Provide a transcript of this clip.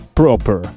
proper